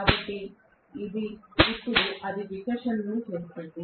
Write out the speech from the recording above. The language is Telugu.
కాబట్టి ఇప్పుడు అది వికర్షణను చేస్తుంది